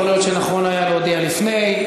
יכול להיות שנכון היה להודיע לפני.